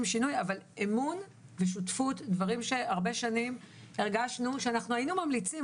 שינוי אבל אמון ושותפות דברים שהרבה שנים הרגשנו שאנחנו היינו ממליצים,